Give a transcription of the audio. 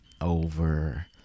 over